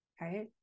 right